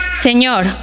Señor